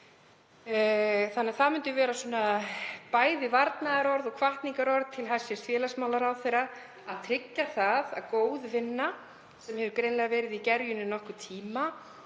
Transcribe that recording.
framkvæmd. Það eru bæði varnaðarorð og hvatningarorð til hæstv. félagsmálaráðherra að tryggja það að góð vinna, sem hefur greinilega verið í gerjun í nokkurn tíma,